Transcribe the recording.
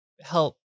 help